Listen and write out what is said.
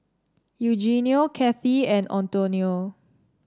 Eugenio Cathey and Antonio